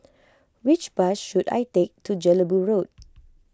which bus should I take to Jelebu Road